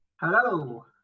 hello